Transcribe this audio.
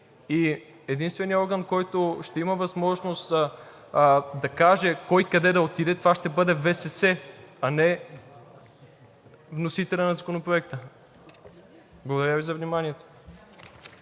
и единственият орган, който ще има възможност да каже кой къде да отиде, това ще бъде ВСС, а не вносителят на Законопроекта. Благодаря Ви за вниманието.